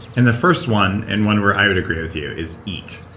in the first one, and one where i would agree with you, is eat.